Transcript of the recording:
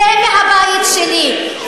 צא מהבית שלי,